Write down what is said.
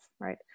right